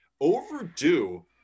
overdue